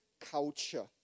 culture